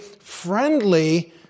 friendly